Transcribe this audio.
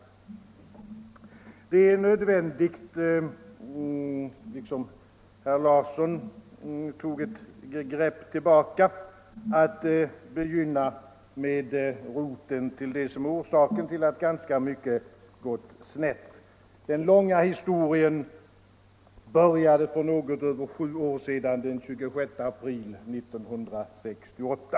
I likhet med herr Larsson i Staffanstorp finner jag det nödvändigt att något blicka tillbaka och att då begynna med det som är orsaken till att ganska mycket har gått snett. Den långa historien började för något över sju år sedan, nämligen den 26 april 1968.